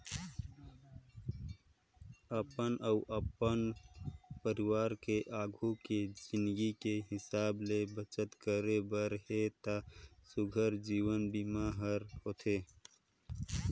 अपन अउ अपन परवार के आघू के जिनगी के हिसाब ले बचत करे बर हे त सुग्घर जीवन बीमा हर होथे